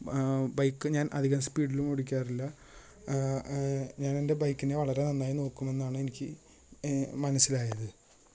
bike ഞാൻ അധികം സ്പീഡിലും ഓടിക്കാറില്ല ഞാൻ എൻ്റെ ബൈക്കിനെ വളരെ നന്നായി നോക്കും എന്നാണ് എനിക്ക് മനസിലായത്